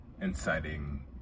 inciting